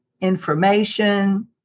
information